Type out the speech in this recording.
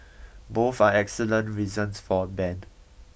both are excellent reasons for a ban